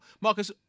Marcus